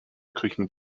cooking